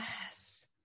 Yes